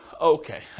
Okay